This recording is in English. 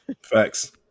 Facts